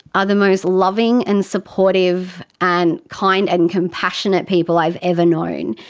are the most loving and supportive and kind and compassionate people i've ever known,